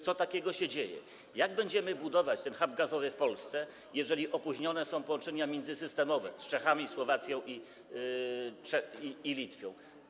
Co takiego się dzieje, jak będziemy budować ten hub gazowy w Polsce, jeżeli opóźnione są połączenia międzysystemowe z Czechami, ze Słowacją i z Litwą?